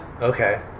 Okay